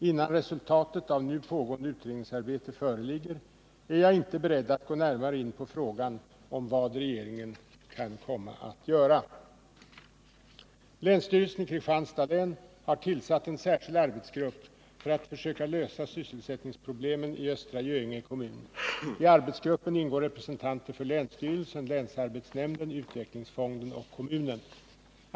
Innan resultatet av nu pågående utredningsarbete föreligger är jag inte beredd att gå närmare in på frågan om vad regeringen kan komma att göra. Länsstyrelsen i Kristianstads län har tillsatt en särskild arbetsgrupp för att försöka lösa sysselsättningsproblemen i Östra Göinge kommun. I arbetsgruppen ingår representanter för länsstyrelsen, länsarbetsnämnden, utveck lingsfonden och kommunen.